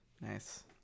Nice